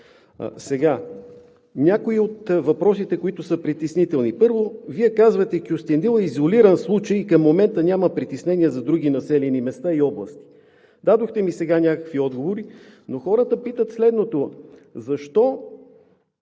казвам. Някои от въпросите, които са притеснителни: първо, Вие казвате – Кюстендил е изолиран случай, към момента няма притеснение за други населени места и области. Сега дадохте някакви отговори, но хората питат следното: защо